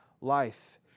life